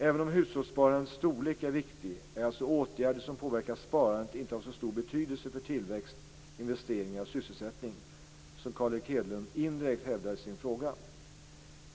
Även om hushållssparandets storlek är viktig är alltså åtgärder som påverkar sparandet inte av så stor betydelse för tillväxt, investeringar och sysselsättning som Carl Erik Hedlund indirekt hävdar i sin fråga.